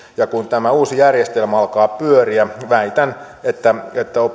ja kun tämä uusi järjestelmä alkaa pyöriä väitän että